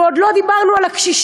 ועוד לא דיברנו על הקשישים,